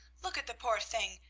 look at the poor thing!